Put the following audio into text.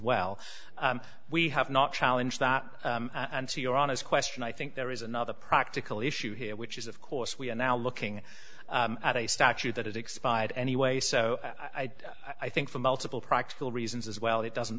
well we have not challenge that and so you're on his question i think there is another practical issue here which is of course we are now looking at a statute that has expired anyway so i think for multiple practical reasons as well it doesn't